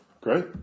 Great